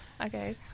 Okay